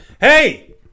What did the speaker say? Hey